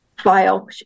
file